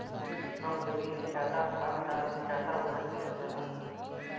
कम जमीन में जादा खाद डाल के जादा उपज लेवल जाला